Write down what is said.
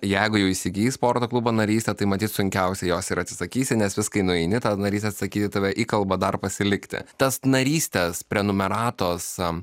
jeigu jau įsigijus sporto klubo narystę tai matyt sunkiausia jos ir atsisakysi nes vis kai nueini tą narys atsakyti tave į kalbą dar pasilikti tas narystės prenumeratos sau